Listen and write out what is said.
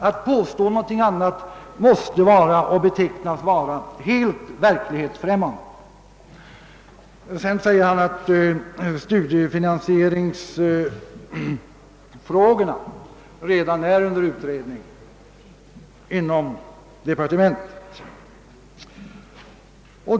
Att påstå någonting sådant måste betecknas söm helt :verklighetsfrämmande. Vidare sade herr Arvidson att studiefinansieringsfrågorna redan är under utredning inom departementet.